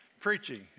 preaching